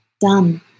done